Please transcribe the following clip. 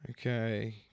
Okay